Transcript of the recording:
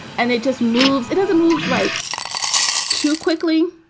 and it just moves. it doesn't move like too quickly,